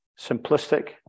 simplistic